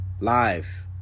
live